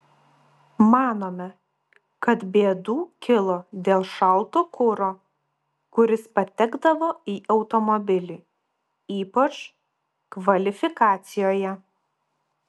manome kad bėdų kilo dėl šalto kuro kuris patekdavo į automobilį ypač kvalifikacijoje